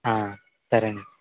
సరే అండి